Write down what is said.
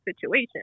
situation